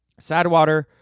Sadwater